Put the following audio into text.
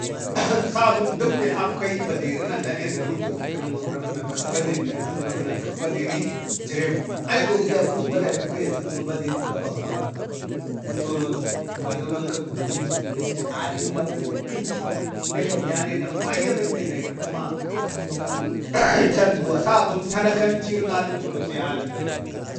sabu əmdəmbe akfayi baderi na dane da rutu kənan granətka baderi jirem. agi duwo gəja kunuk badaiti kwaya ya səgə ma bade gafaga magarəvan, Ʒmchono atu, gaɗau nanka nənchi alən yau bembe na nunchu da jlawiya ɗavayya, benbe naiki be ka kəma chanduwa səban sanaka nunchu aləmsuno, sai alək badaitən